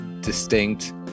distinct